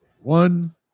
one